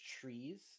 trees